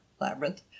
labyrinth